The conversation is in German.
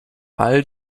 all